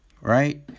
right